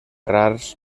rars